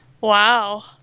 Wow